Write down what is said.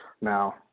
Now